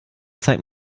zeig